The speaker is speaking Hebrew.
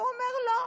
והוא אומר: לא,